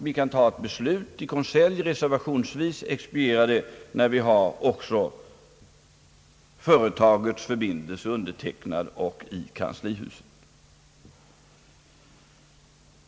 Vi kan ta ett beslut i konselj, reservationsvis, och expediera det när vi har företagets förbindelse undertecknad och i kanslihuset.